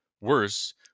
Worse